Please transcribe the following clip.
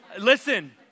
Listen